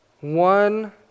one